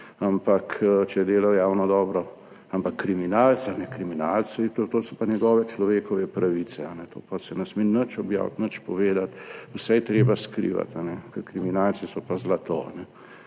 ampak če dela v javno dobro, ampak kriminaleca, kriminalec, to so pa njegove človekove pravice, to pa se ne sme nič objaviti, nič povedati, vse je treba skrivati, ker kriminalci so pa zlato.